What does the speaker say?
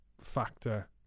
factor